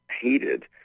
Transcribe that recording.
hated